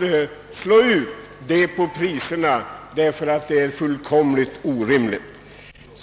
via priserna slå ut denna merkostnad.